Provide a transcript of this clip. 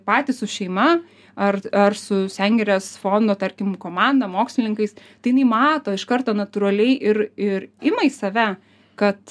patys su šeima ar ar su sengirės fondo tarkim komanda mokslininkais tai jinai mato iš karto natūraliai ir ir ima į save kad